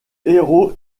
héros